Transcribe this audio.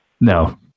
No